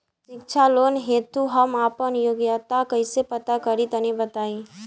शिक्षा लोन हेतु हम आपन योग्यता कइसे पता करि तनि बताई?